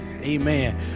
Amen